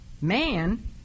man